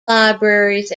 libraries